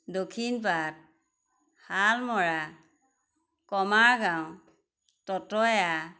Dakshinpat Salmara Kamargaon Tatoya